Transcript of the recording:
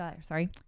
sorry